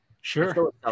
sure